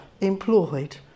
employed